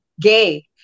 gay